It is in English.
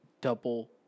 Double